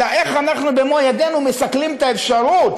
אלא איך אנחנו במו-ידינו מסכלים את האפשרות